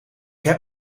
heb